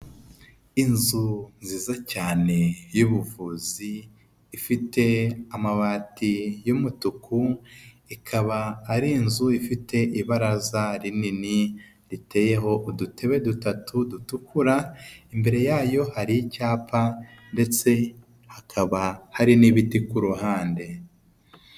Inzu nziza cyane y'ubuvuzi, ifite amabati y'umutuku, ikaba ari inzu ifite ibaraza rinini riteyeho udutebe dutatu dutukura, imbere yayo hari icyapa ndetse hakaba hari n'ibiti ku ruhande.